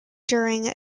during